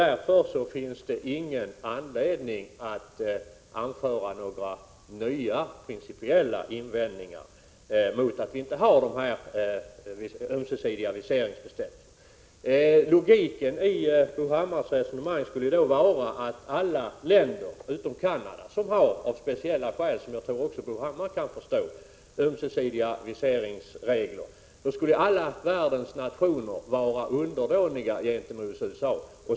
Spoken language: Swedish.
Därför finns det ingen anledning att anföra några nya principiella invändningar mot att vi inte har ömsesidiga viseringsbestämmelser. Den logiska följden av Bo Hammars resonemang skulle vara att alla världens nationer — utom Canada, som har speciella skäl som jag tror att också Bo Hammar kan förstå för att ha ömsesidiga viseringsregler med USA -— skulle vara underdåniga gentemot USA.